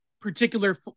particular